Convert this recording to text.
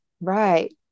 right